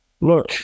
look